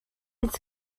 its